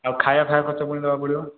ଆଉ ଖାଇବା ଫାଇବା ଖର୍ଚ୍ଚ ପୁଣି ଦେବାକୁ ପଡ଼ିବ